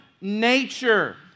nature